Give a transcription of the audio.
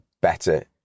better